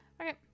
Okay